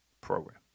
program